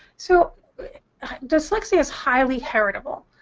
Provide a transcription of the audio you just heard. so dyslexia is highly-heritable.